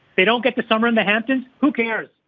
they don't get to summer in the hamptons. who cares?